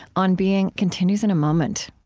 on being continues in a moment